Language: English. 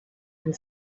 and